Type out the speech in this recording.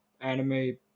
anime